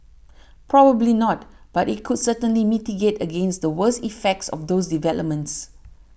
probably not but it could certainly mitigate against the worst effects of those developments